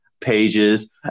pages